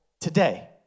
today